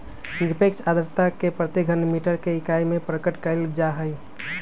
निरपेक्ष आर्द्रता के प्रति घन मीटर के इकाई में प्रकट कइल जाहई